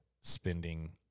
spending